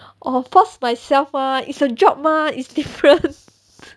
我 force myself mah it's a job mah is different